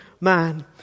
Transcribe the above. man